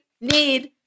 need